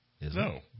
No